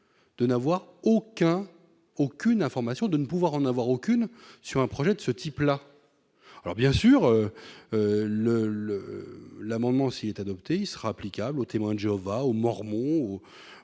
de n'avoir aucun aucune information de ne pouvoir en avoir aucune sur un projet de ce type-là, alors bien sûr le le l'amendement s'il est adopté, il sera applicable aux témoins de Jéhovah aux mormons ou,